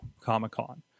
Comic-Con